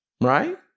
Right